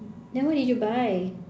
then what did you buy